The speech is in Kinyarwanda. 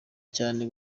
cyane